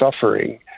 suffering